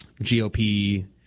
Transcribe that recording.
GOP